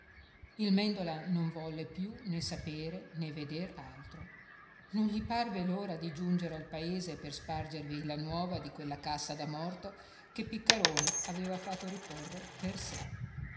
il mèndola non volle più né sapere né veder altro non gli parve l'ora di giungere al paese per spargervi la nuova di quella cassa da morto che piccarone aveva fatto riporre per sé